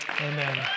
Amen